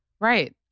Right